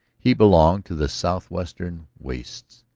he belonged to the southwestern wastes.